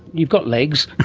you've got legs,